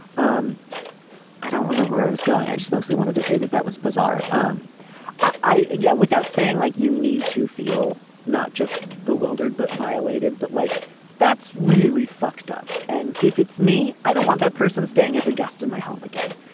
um i don't remember where i was going. i just mostly wanted to say that that was bizarre. um i guess yeah without saying like you need to feel not just bewildered but violated but like that's really fucked up and if it's me i don't want that person staying as a guest in my home again.